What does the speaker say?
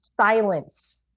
silence